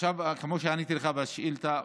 כמו שעניתי לך בשאילתה,